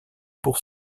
pour